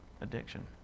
addiction